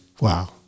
Wow